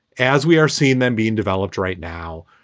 as we are seeing them being developed right now,